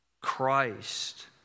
Christ